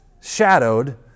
shadowed